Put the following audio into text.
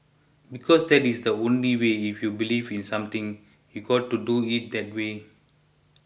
because that is the only way if you believe in something you've got to do it that way